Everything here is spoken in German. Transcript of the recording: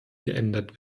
geändert